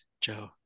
Joe